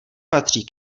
patří